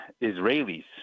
Israeli's